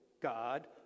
God